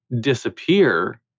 disappear